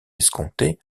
escompté